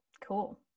cool